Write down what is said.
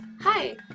Hi